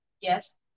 Yes